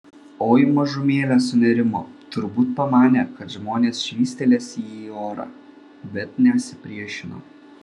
oi mažumėlę sunerimo turbūt pamanė kad žmonės švystelės jį į orą bet nesipriešino